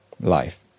life